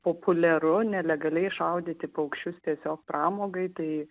populiaru nelegaliai šaudyti paukščius tiesiog pramogai tai